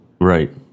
Right